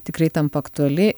tikrai tampa aktuali